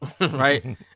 right